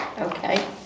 Okay